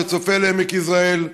שצופה לעמק יזרעאל.